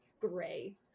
gray